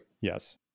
Yes